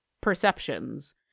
perceptions